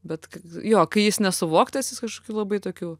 bet jo kai jis nesuvoktas jis kažkokiu labai tokių